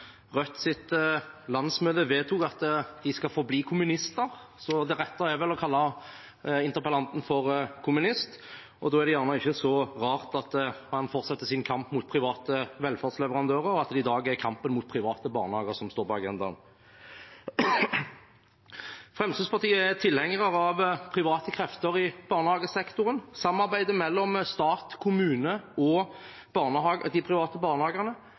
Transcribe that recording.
landsmøte vedtok at de skal forbli kommunister, så det rette er vel å kalle interpellanten for kommunist. Da er det kanskje ikke så rart at han fortsetter sin kamp mot private velferdsleverandører, og at det i dag er kampen mot private barnehager som står på agendaen. Fremskrittspartiet er tilhenger av private krefter i barnehagesektoren. Samarbeidet mellom stat, kommune og private barnehager er en svært vellykket velferdsreform. Private